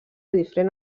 diferent